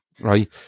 right